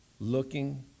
Looking